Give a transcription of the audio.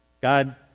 God